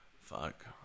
Fuck